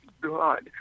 God